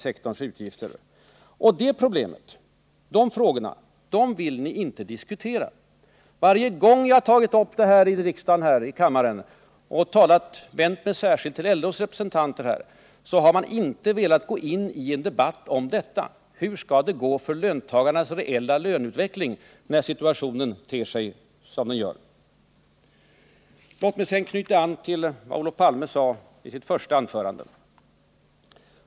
Men det problemet vill ni inte diskutera. Varje gång jag har tagit upp detta och bl.a. särskilt vänt mig till LO:s representanter här i kammaren så har det visat sig att man inte velat gå in i en debatt om frågan: Hur skall det gå med löntagarnas reella löneökningar, när situationen ter sig som den gör? Låt mig sedan knyta an till vad Olof Palme sade i sitt första anförande.